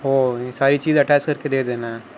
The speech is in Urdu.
او یہ ساری چیز اٹیچ کر کے دے دینا ہے